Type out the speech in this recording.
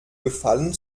gefallen